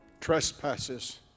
trespasses